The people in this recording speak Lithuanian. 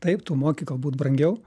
taip tu moki galbūt brangiau